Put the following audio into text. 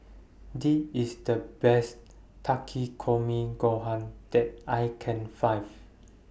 This IS The Best Takikomi Gohan that I Can Find